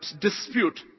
dispute